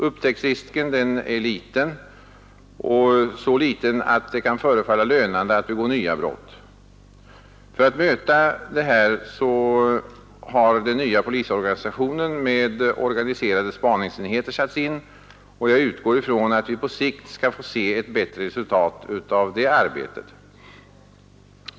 Upptäcktsrisken är så liten att det kan förefalla lönande att begå nya brott. För att möta detta har den nya polisorganisationen med organiserade spaningsenheter satts in, och jag utgår från att vi på sikt skall få se ett bättre resultat av det arbetet.